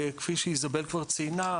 כפי שאיזבל כבר ציינה,